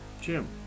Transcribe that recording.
Jim